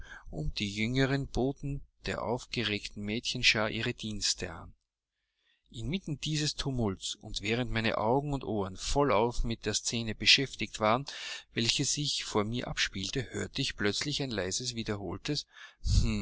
und die jüngeren boten der aufgeregten mädchenschar ihre dienste an inmitten dieses tumults und während meine augen und ohren vollauf mit der scene beschäftigt waren welche sich vor mir abspielte hörte ich plötzlich ein leises wiederholtes